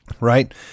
right